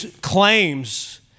claims